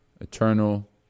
Eternal